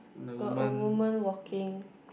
got a woman walking